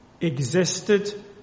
existed